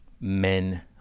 men